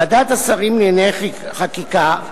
ועדת השרים לענייני חקיקה,